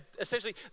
essentially